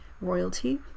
royalty